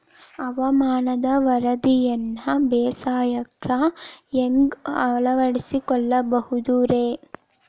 ಹವಾಮಾನದ ವರದಿಯನ್ನ ಬೇಸಾಯಕ್ಕ ಹ್ಯಾಂಗ ಅಳವಡಿಸಿಕೊಳ್ಳಬಹುದು ರೇ?